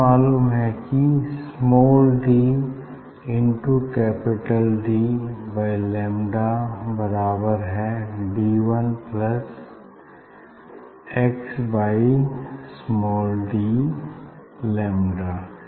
हमें मालुम है कि small D into capital D by lambda बराबर है D one plus x by small D lambda